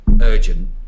urgent